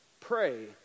pray